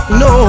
no